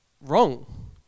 wrong